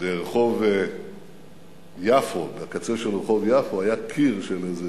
ברחוב יפו, בקצה של רחוב יפו היה קיר של איזה